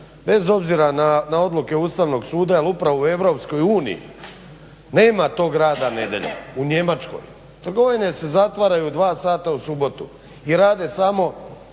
bez obzira na odluke Ustavnog suda, jer upravo u EU nema tog rada nedjeljom. U Njemačkoj trgovine se zatvaraju u 2 sata u subotu i rade samo